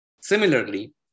Similarly